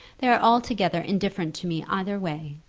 they are altogether indifferent to me either way.